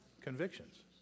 Convictions